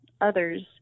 others